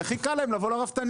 כי הכי קל זה לבוא לרפתנים.